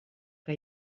que